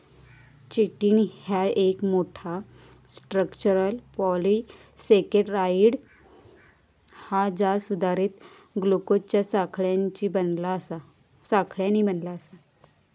chitin ह्या एक मोठा, स्ट्रक्चरल पॉलिसेकेराइड हा जा सुधारित ग्लुकोजच्या साखळ्यांनी बनला आसा